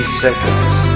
seconds